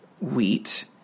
wheat